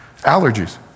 Allergies